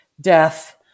death